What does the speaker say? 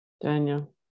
Daniel